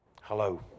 hello